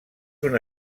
una